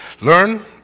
Learn